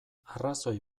arrazoi